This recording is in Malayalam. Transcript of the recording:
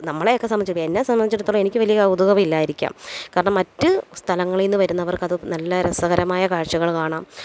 നമ്മളേക്കെ സംബന്ധിച്ച് എന്നെ സംബന്ധിച്ചടുത്തോളം എനിക്ക് വലിയ കൗതുകമില്ലായിരിക്കാം കാരണം മറ്റ് സ്ഥലങ്ങളില്നിന്നു വരുന്നവര്ക്ക് അതു നല്ല രസകരമായ കാഴ്ചകള് കാണാം